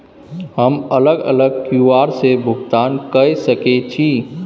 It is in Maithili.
हम अलग अलग क्यू.आर से भुगतान कय सके छि?